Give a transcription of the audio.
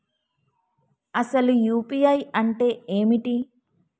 అసలు యూ.పీ.ఐ అంటే ఏమిటి?